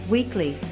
Weekly